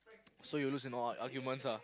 so you lose in all what arguments ah